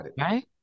Right